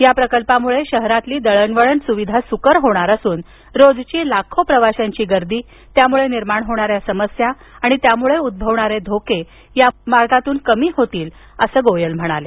या प्रकल्पामुळे शहरातील दळणवळण सुविधा सुकर होणार असून रोजची लाखो प्रवाश्यांची गर्दी त्यामुळे निर्माण होणाऱ्या समस्या आणि त्यामुळे उद्भवणारे धोके कमी होतील असंही गोयल म्हणाले